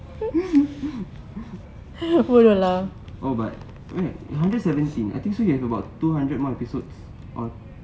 oh but wait hundred seventeen I think so you have two hundred more episodes